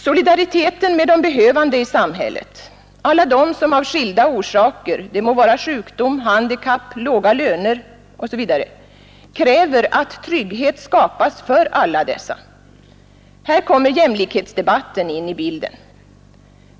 Solidariteten med de behövande i samhället — alla de som av skilda orsaker har behov av samhällets stöd, det må vara på grund av sjukdom, handikapp, låga löner osv. — kräver att trygghet skapas för alla dessa. Här kommer jämlikhetsdebatten in i bilden.